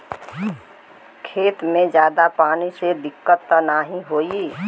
खेत में ज्यादा पानी से दिक्कत त नाही होई?